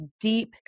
deep